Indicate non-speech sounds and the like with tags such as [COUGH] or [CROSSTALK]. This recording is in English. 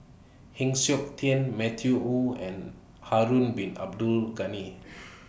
Heng Siok Tian Matthew Ngui and Harun Bin Abdul Ghani [NOISE]